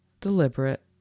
deliberate